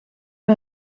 een